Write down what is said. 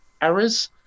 errors